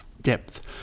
depth